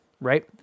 right